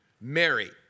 Mary